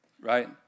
right